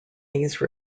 these